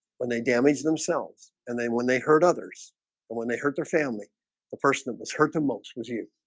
when they damaged themselves and then when they hurt others and when they heard their family the person that was hurt the most was you